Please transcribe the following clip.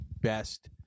best